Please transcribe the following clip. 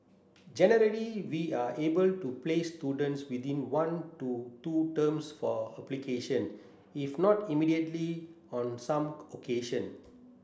generally we are able to place students within one to two terms for application if not immediately on some occasion